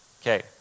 Okay